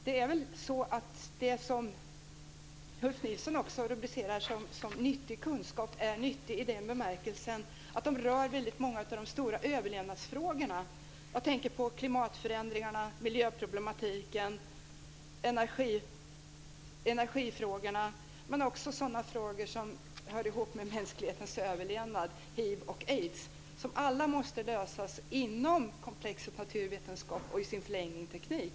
Det är väl så att det som Ulf Nilsson rubricerar som nyttig kunskap också är nyttig i den bemärkelsen att den rör väldigt många av de stora överlevnadsfrågorna. Jag tänker på klimatförändringarna, miljöproblematiken och energifrågorna, men också på sådana frågor som hör ihop med mänsklighetens överlevnad, hiv och aids, som alla måste lösas inom komplexet naturvetenskap och i dess förlängning teknik.